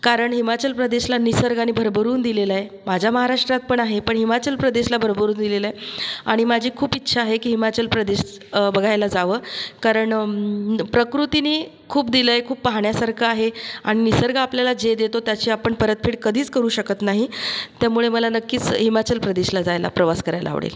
कारण हिमाचल प्रदेशला निसर्गाने भरभरून दिलेलं आहे माझ्या महाराष्ट्रात पण आहे पण हिमाचल प्रदेशला भरभरून दिलेलं आहे आणि माझी खूप इच्छा आहे की हिमाचल प्रदेश बघायला जावं कारण प्रकृतीनी खूप दिलंय खूप पाहण्यासारखं आहे आणि निसर्ग आपल्याला जे देतो त्याची आपण परतफेड कधीच करू शकत नाही त्यामुळे मला नक्कीच हिमाचल प्रदेशला जायला प्रवास करायला आवडेल